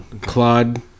Claude